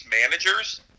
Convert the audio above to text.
managers